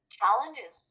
challenges